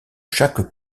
chaque